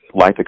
life